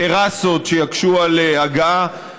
טרסות שיקשו על הגעה.